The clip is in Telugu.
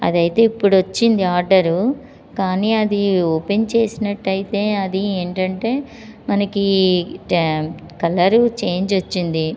అది అయితే ఇప్పుడు వచ్చింది ఆర్డర్ కానీ అది ఓపెన్ చేసినట్టు అయితే అది ఏంటంటే మనకి ట్యా కలరు చేంజ్ వచ్చింది